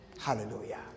Hallelujah